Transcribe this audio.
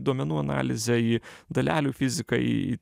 duomenų analizę į dalelių fiziką į